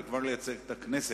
וכבר לייצג את הכנסת.